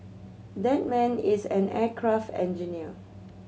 that man is an aircraft engineer